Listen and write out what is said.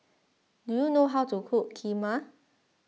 do you know how to cook Kheema